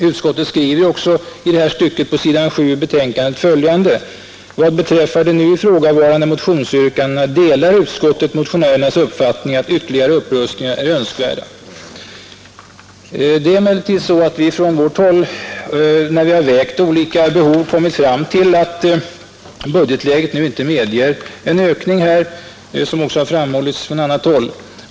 Utskottet skriver i detta avseende på s 7 i betänkandet följande: ”Vad beträffar de nu ifrågavarande motionsyrkandena delar utskottet motionärernas uppfattning att ytterligare upprustningar är önskvärda.” Emellertid har vi från socialdemokratiskt håll vid vägningen av olika behov kommit fram till att budgetläget inte medger en ökning här, vilket också framhållits från annat håll.